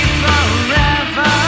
forever